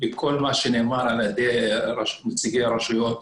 ואת כל מה שנאמר על ידי נציגי הרשויות.